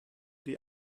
die